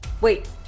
wait